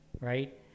right